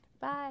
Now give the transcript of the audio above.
Bye